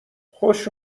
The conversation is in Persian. خوش